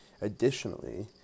additionally